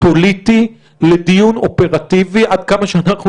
פוליטי לדיון אופרטיבי עד כמה שניתן.